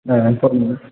ए